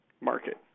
market